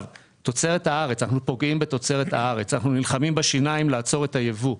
אנחנו נלחמים בשיניים לעצור את הייבוא,